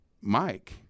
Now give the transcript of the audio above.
Mike